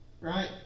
right